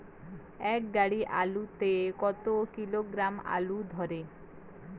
এক গাড়ি আলু তে কত কিলোগ্রাম আলু ধরে?